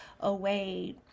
away